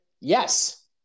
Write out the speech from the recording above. Yes